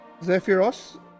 Zephyros